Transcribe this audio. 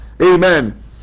amen